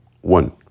one